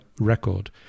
record